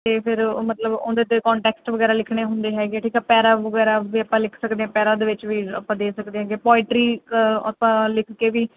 ਅਤੇ ਫਿਰ ਉਹ ਮਤਲਬ ਉਹਦੇ 'ਤੇ ਕੰਟੈਕਸਟ ਵਗੈਰਾ ਲਿਖਣੇ ਹੁੰਦੇ ਹੈਗੇ ਠੀਕ ਪੈਰਾ ਵਗੈਰਾ ਵੀ ਆਪਾਂ ਲਿਖ ਸਕਦੇ ਹਾਂ ਪੈਰਾ ਦੇ ਵਿੱਚ ਵੀ ਆਪਾਂ ਦੇ ਸਕਦੇ ਹੈਗੇ ਪੋਏਟਰੀ ਕ ਆਪਾਂ ਲਿਖ ਕੇ ਵੀ